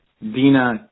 Dina